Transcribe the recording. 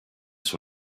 sur